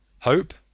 hope